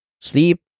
sleep